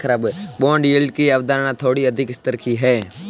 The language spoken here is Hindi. बॉन्ड यील्ड की अवधारणा थोड़ी अधिक स्तर की है